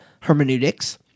hermeneutics